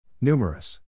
Numerous